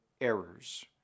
errors